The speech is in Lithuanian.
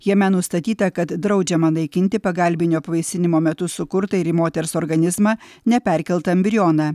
jame nustatyta kad draudžiama naikinti pagalbinio apvaisinimo metu sukurtą ir į moters organizmą neperkeltą embrioną